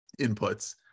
inputs